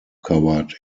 covered